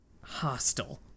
hostile